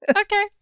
Okay